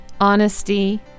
honesty